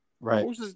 Right